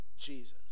Jesus